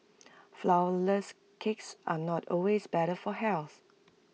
Flourless Cakes are not always better for health